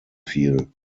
viel